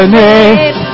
name